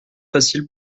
facile